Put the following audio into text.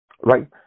right